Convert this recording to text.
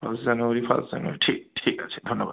first January first January ঠিক আছে ধন্যবাদ